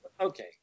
okay